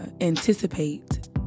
anticipate